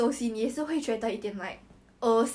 中二的他跟中四的他是不一样